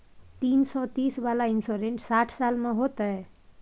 तीन सौ तीस वाला इन्सुरेंस साठ साल में होतै?